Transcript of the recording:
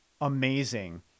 amazing